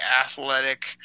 athletic